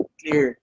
clear